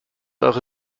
eure